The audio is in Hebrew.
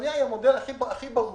עגבנייה היא המודל הכי ברור.